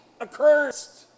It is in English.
accursed